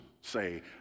say